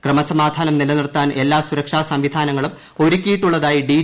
ക്രമസമാധാനം നിലനിർത്താൻ എല്ലാ സുരക്ഷാ സംവിധാനങ്ങളും ഒരുക്കിയിട്ടുള്ളതായി ഡി